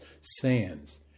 sands